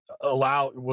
allow